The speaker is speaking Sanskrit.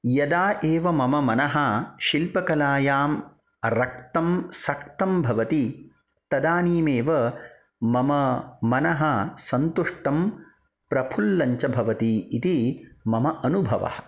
यदा एव मम मनः शिल्पकलायां रक्तं सक्तं भवति तदानीमेव मम मनः सन्तुष्टं प्रफुल्लञ्च भवति इति मम अनुभवः